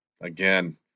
again